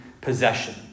possession